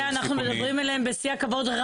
משה, אנחנו מדברים אליהם בשיא הכבוד.